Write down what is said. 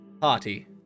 party